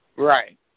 Right